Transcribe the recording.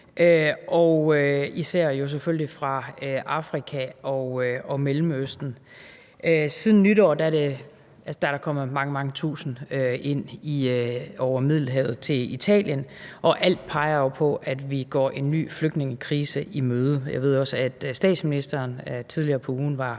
fra Afrika og Mellemøsten. Siden nytår er der kommet mange, mange tusinde over Middelhavet og ind i Italien, og alt peger jo på, at vi går en ny flygtningekrise i møde. Jeg ved også, at statsministeren tidligere på ugen var